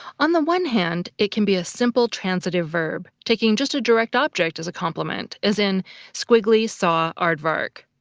on the one hand, it can be a simple transitive verb, taking just a direct object as a complement, as in squiggly saw aardvark.